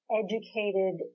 educated